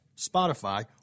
Spotify